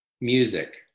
music